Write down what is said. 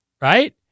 Right